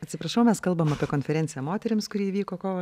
atsiprašau mes kalbam konferenciją moterims kuri įvyko kovo